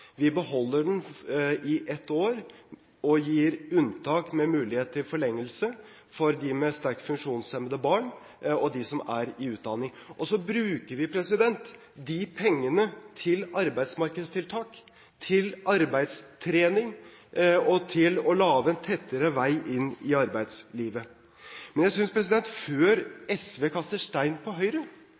Vi beholder den i ett år og gir unntak med mulighet til forlengelse for dem med sterkt funksjonshemmede barn og dem som er i utdanning. Så bruker vi disse pengene til arbeidsmarkedstiltak, til arbeidstrening og til å lage en tettere vei inn arbeidslivet. Men før SV kaster stein på Høyre,